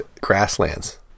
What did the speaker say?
grasslands